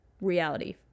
reality